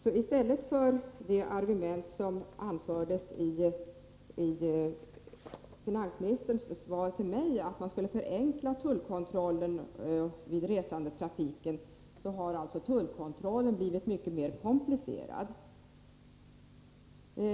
I finansministerns svar till mig anfördes som ett argument att man skulle förenkla tullkontrollen vid resandetrafiken, men i stället har tullkontrollen alltså blivit mycket mer komplicerad.